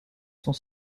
sont